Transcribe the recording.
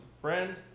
friend